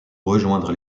rejoindre